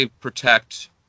protect